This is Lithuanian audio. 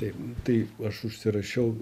taip tai aš užsirašiau